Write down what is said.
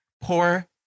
Poor